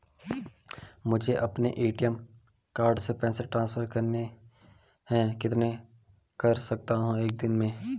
मुझे अपने ATM card से पैसे ट्रांसफर करने हैं कितने कर सकता हूँ एक दिन में?